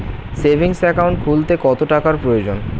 Savings account খুলতে কত টাকার প্রয়োজন?